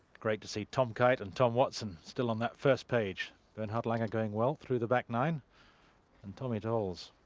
great to see tom kite and tom watson still on that first page bernhard langer going well through the back nine and tommy tolles